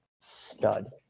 stud